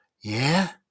Yeah